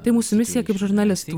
tai mūsų misija kaip žurnalistų